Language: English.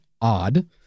odd